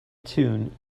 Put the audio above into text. tune